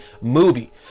Movie